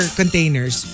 containers